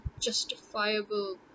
justifiable